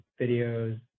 videos